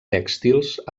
tèxtils